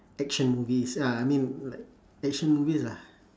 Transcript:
action movies uh I mean like action movies ah